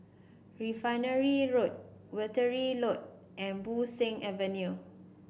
Refinery Road Wittering Road and Bo Seng Avenue